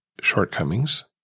shortcomings